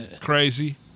crazy